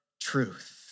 truth